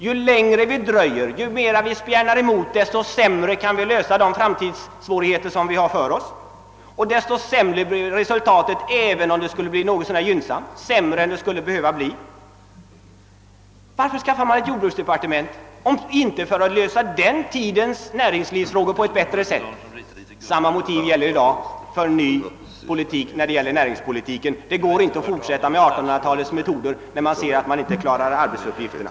Ju längre vi dröjer, ju mer vi spjärnar emot, desto sämre kan vi lösa de svårigheter som ligger framför oss, och desto sämre blir också resultatet. även om det skulle bli något så när gynnsamt, blir det ändå sämre än det skulle ha behövt bli. Varför inrättades för Övrigt ett jordbruksdepartement? Var det inte för att lösa den tidens näringslivsfrågor på ett bättre sätt? Samma motiv gäller i dag för en ny näringspolitik. Det går inte att fortsätta med 1800-talsmetoder, när vi skall klara arbetsuppgifterna!